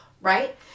Right